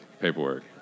paperwork